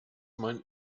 man